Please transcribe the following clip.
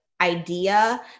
idea